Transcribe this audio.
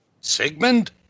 Sigmund